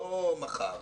לא מחר.